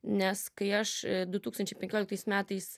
nes kai aš du tūkstančiai penkioliktais metais